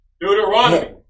Deuteronomy